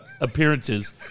appearances